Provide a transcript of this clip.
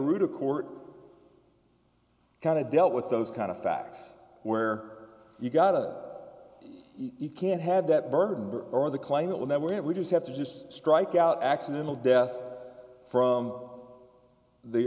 root of court kind of dealt with those kind of facts where you gotta eat can't have that burden or the claim that when we have we just have to just strike out accidental death from the